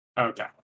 Okay